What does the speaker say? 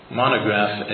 monograph